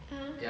ah